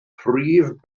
prif